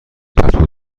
پتو